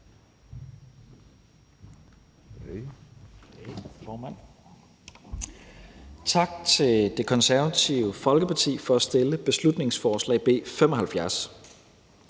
Tak til Det Konservative Folkeparti for at fremsætte beslutningsforslag nr.